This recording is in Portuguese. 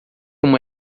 uma